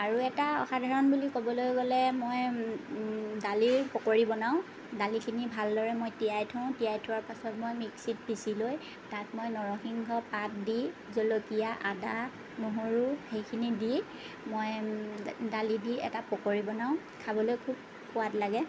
আৰু এটা অসাধাৰণ বুলি কবলৈ গ'লে মই দালিৰ পকৰী বনাওঁ দালিখিনি ভালদৰে মই তিয়াই থওঁ তিয়াই থোৱাৰ পাছত মই মিক্সিত পিছি লৈ তাত মই নৰসিংহৰ পাত দি জলকীয়া আদা নহৰু সেইখিনি দি মই দালি দি এটা পকৰী বনাওঁ খাবলৈ খুব সোৱাদ লাগে